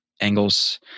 Angles